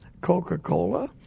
Coca-Cola